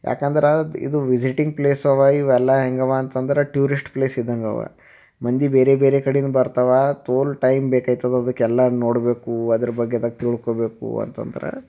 ಯಾಕಂದ್ರೆ ಇದು visiting place ಇವೆ ಇವೆಲ್ಲ ಹೆಂಗಿವೆ ಅಂತಂದ್ರೆ ಟೂರಿಶ್ಟ್ ಪ್ಲೇಸ್ ಇದ್ದಂಗಿವೆ ಮಂದಿ ಬೇರೆ ಬೇರೆ ಕಡಿಂದ ಬರ್ತಾವ ತೋಲ್ ಟೈಮ್ ಬೇಕಾಗ್ತದ ಅದಕ್ಕೆ ಎಲ್ಲ ನೋಡಬೇಕು ಅದರ ಬಗ್ಗೆದಾಗ ತಿಳ್ಕೊಬೇಕು ಅಂತಂದ್ರೆ